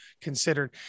considered